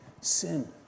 sin